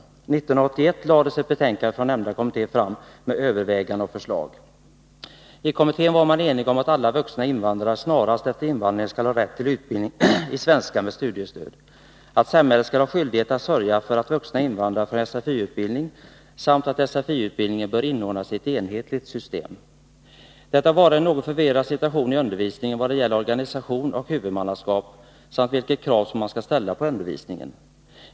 År 1981 lades det fram ett betänkande från nämnda kommitté med överväganden och förslag. I kommittén var man enig om att alla vuxna invandrare snarast efter invandringen skall ha rätt till utbildning i svenska med studiestöd, att samhället skall ha skyldighet att sörja för att vuxna invandrare får SFlI-utbildning samt att SFI-utbildningen bör inordnas i ett enhetligt system. Det har varit en något förvirrad situation i undervisningen i vad det gäller organisation och huvudmannaskap samt vilket krav man skall ställa på undervisningen.